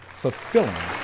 fulfilling